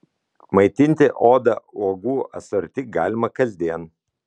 maitinti odą uogų asorti galima kasdien